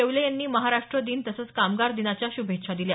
येवले यांनी महाराष्ट्र दिन तसंच कामगार दिनाच्या श्भेच्छा दिल्या